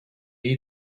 you